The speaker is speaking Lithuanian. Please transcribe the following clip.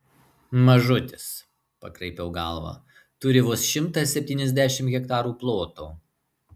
mažutis pakraipiau galvą turi vos šimtą septyniasdešimt hektarų ploto